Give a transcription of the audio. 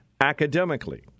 academically